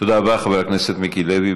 חבר הכנסת מיקי לוי,